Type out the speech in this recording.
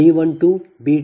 004 B 31 0